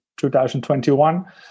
2021